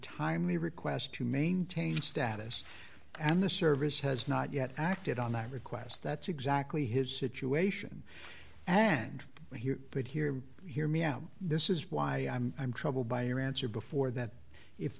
timely request to maintain status and the service has not yet acted on that request that's exactly his situation and he could hear hear me out this is why i'm i'm troubled by your answer before that if